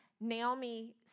Naomi